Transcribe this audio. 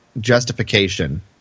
justification